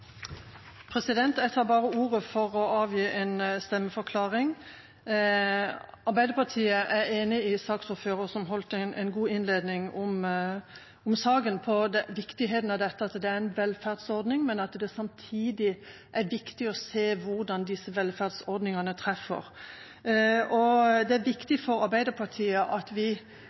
enig med saksordføreren, som holdt en god innledning om saken, om viktigheten av dette, at det er en velferdsordning, men at det samtidig er viktig å se på hvordan denne velferdsordningen treffer. Det er viktig for Arbeiderpartiet at vi